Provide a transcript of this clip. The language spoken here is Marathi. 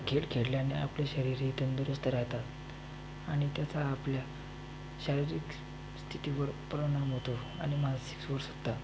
खेड खेडल्याने आपले शरीर हे तंदुरुस्त राहतं आनि त्याचा आपल्या शारीरिक स्थितीवर परिमान ओतो आनि मानसिक्सवर सुद्दा